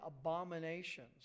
abominations